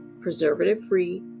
preservative-free